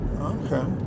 Okay